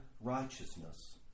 righteousness